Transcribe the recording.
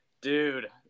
dude